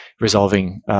resolving